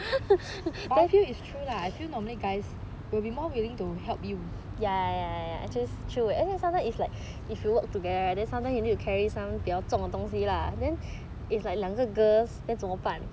I feel that's true I feel normally guys will be more willing to help you